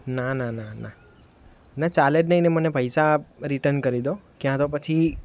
ના ના ના ના ને ચાલે જ નહીં ને મને પૈસા રિટન કરી દો કાં તો પછી